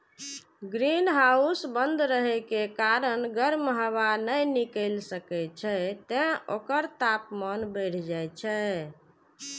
greenhouse बंद रहै के कारण गर्म हवा नै निकलि सकै छै, तें ओकर तापमान बढ़ि जाइ छै